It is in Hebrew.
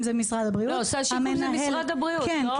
סל שיקום זה משרד הבריאות, לא?